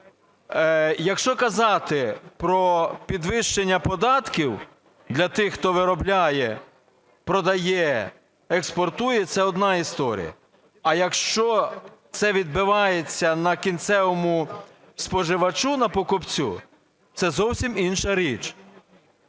Якщо казати про підвищення податків для тих, хто виробляє, продає, експортує, це одна історія, а якщо це відбивається на кінцевому споживачу на покупцю, це зовсім інша річ.